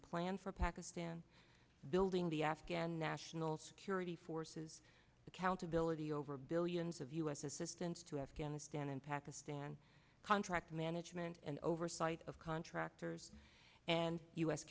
plan for pakistan building the afghan national security forces accountability over billions of u s assistance to afghanistan and pakistan contract management and oversight of contractors and u